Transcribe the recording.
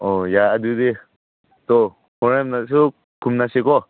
ꯑꯣ ꯌꯥꯏ ꯑꯗꯨꯗꯤ ꯑꯗꯣ ꯍꯣꯔꯦꯟꯅꯁꯨ ꯈꯨꯝꯅꯁꯤꯀꯣ